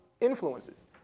influences